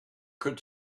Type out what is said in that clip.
could